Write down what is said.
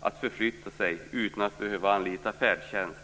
att förflytta sig utan att behöva anlita färdtjänst.